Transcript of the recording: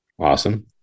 Awesome